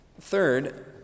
Third